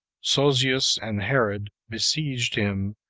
sosius and herod besieged him,